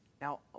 Now